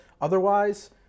Otherwise